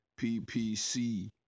PPC